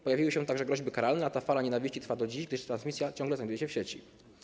Pojawiły się także groźby karalne, a fala nienawiści trwa do dziś, gdyż transmisja ciągle znajduje się w sieci.